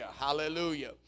Hallelujah